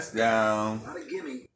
down